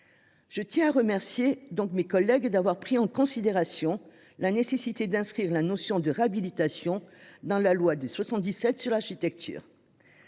Je tiens à remercier nos collègues d’avoir pris en considération la nécessité d’inscrire la notion de réhabilitation dans la loi du 3 janvier 1977 sur l’architecture.